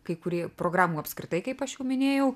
kai kurie programų apskritai kaip aš jau minėjau